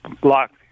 blocked